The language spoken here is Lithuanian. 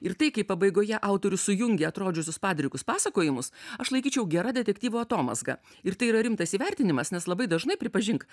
ir tai kaip pabaigoje autorius sujungė atrodžiusius padrikus pasakojimus aš laikyčiau gera detektyvo atomazga ir tai yra rimtas įvertinimas nes labai dažnai pripažink